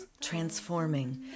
transforming